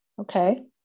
okay